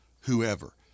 whoever